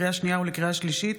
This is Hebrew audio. לקריאה שנייה ולקריאה שלישית: